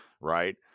Right